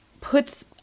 puts